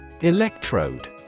Electrode